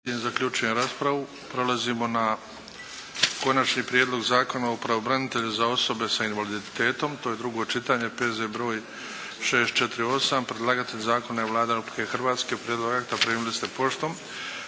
Luka (HDZ)** Prelazimo na - Konačni prijedlog Zakona o pravobranitelju za osobe s invaliditetom, drugo čitanje, P.Z. br. 648 Predlagatelj zakona je Vlada Republike Hrvatske. Prijedlog akta primili ste poštom.